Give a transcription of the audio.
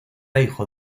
hijo